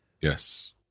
Yes